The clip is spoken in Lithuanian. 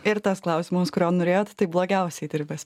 ir tas klausimas kurio norėjot tai blogiausiai dirbęs